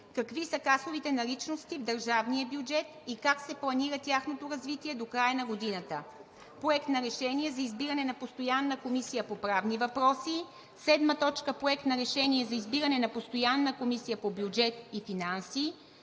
Какви са касовите наличности в държавния бюджет и как се планира тяхното развитие до края на годината. 6. Проект на решение за избиране на постоянна Комисия по правни въпроси. 7. Проект на решение за избиране на постоянна Комисия по бюджет и финанси.